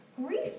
Grief